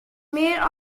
mear